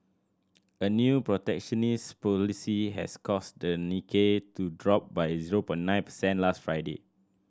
a new protectionist policy has caused the Nikkei to drop by zero nine percent last Friday